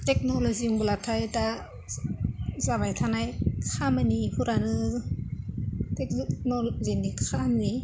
technology होनब्लाथाय दा जाबाय थानाय खामानिफोरानो टेक्न'ल'जिनि खामानि